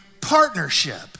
partnership